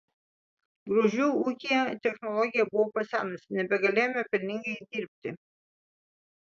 gruzdžių ūkyje technologija buvo pasenusi nebegalėjome pelningai dirbti